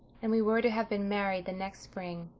and we were to have been married the next spring.